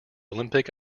olympic